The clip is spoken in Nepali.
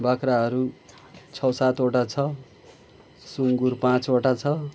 बाख्राहरू छ सातवटा छ सुँगुर पाँचवटा छ